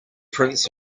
prince